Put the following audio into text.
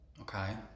Okay